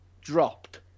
dropped